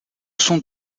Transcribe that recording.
sont